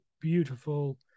beautiful